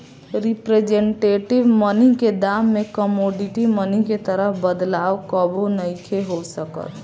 representative money के दाम में कमोडिटी मनी के तरह बदलाव कबो नइखे हो सकत